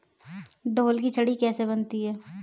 ढोल की छड़ी कैसे बनती है?